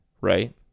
right